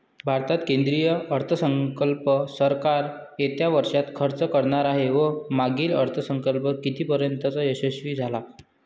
भारतात केंद्रीय अर्थसंकल्प सरकार येत्या वर्षात खर्च करणार आहे व मागील अर्थसंकल्प कितीपर्तयंत यशस्वी झाला